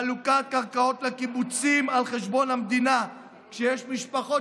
חלוקת קרקעות לקיבוצים על חשבון המדינה כשיש משפחות